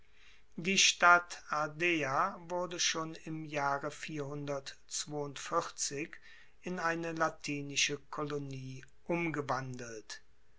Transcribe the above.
ihre stadt ardea wurde schon im jahre in eine latinische kolonie umgewandelt